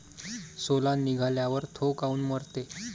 सोला निघाल्यावर थो काऊन मरते?